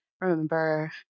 Remember